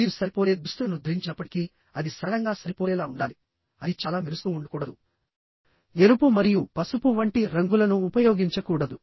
మీరు సరిపోలే దుస్తులను ధరించినప్పటికీఅది సరళంగా సరిపోలేలా ఉండాలి అది చాలా మెరుస్తూ ఉండకూడదుఎరుపు మరియు పసుపు వంటి రంగులను ఉపయోగించకూడదు